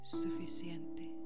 suficiente